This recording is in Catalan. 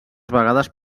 vegades